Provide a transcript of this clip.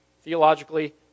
theologically